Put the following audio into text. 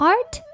Art